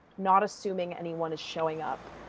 not assuming anyone is showing up.